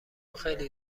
خیلی